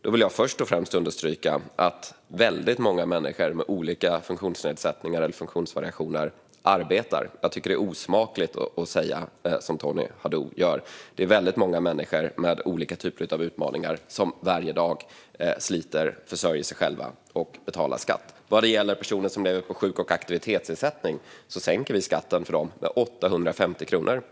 Jag vill först och främst understryka att väldigt många människor med olika funktionsnedsättningar eller funktionsvariationer arbetar. Jag tycker att det är osmakligt att säga som Tony Haddou gör. Det är väldigt många människor med olika typer av utmaningar som varje dag sliter, försörjer sig själva och betalar skatt. Vad gäller personer som lever på sjuk och aktivitetsersättning sänker vi skatten för dem med 850 kronor.